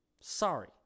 sorry